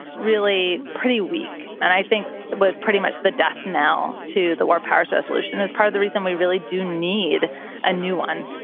really pretty weak, and i think it was pretty much the death knell to the war powers resolution as part of the reason we really do need a new one